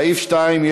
סעיף 2,